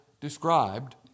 described